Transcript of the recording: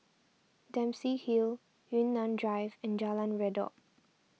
Dempsey Hill Yunnan Drive and Jalan Redop